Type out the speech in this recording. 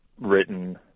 written